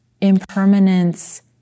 impermanence